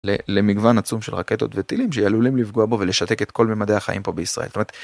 ל... למגוון עצום של רקטות וטילים שעלולים לפגוע בו ולשתק את כל ממדי החיים פה בישראל. זאת אומרת...